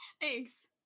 Thanks